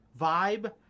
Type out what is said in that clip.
vibe